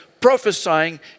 prophesying